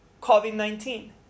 COVID-19